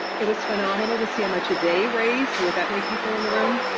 it was phenomenal to see how much they raised with that many people in the room.